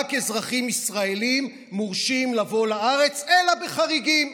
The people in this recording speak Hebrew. שרק אזרחים ישראלים מורשים לבוא לארץ, אלא חריגים.